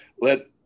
let